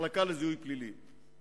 המחלקה לזיהוי פלילי.